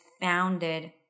founded